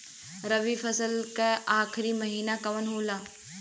रवि फसल क आखरी महीना कवन होला?